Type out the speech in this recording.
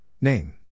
Name